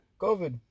COVID